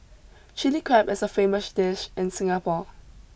Chilli Crab is a famous dish in Singapore